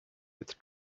with